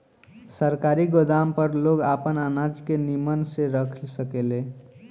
सरकारी गोदाम पर लोग आपन अनाज के निमन से रख सकेले